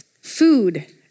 Food